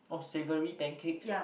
oh savoury pancakes